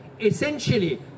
essentially